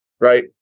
right